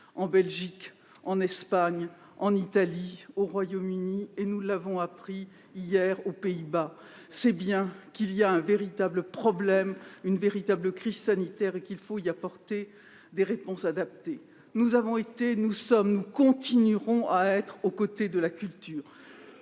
en Belgique, en Espagne, en Italie, au Royaume-Uni, ainsi que- nous l'avons appris hier -aux Pays-Bas. Cela signifie bien qu'il y a un problème, une véritable crise sanitaire à laquelle il faut apporter des réponses adaptées. Nous avons été, nous sommes et nous continuerons à être, aux côtés de la culture.